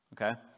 Okay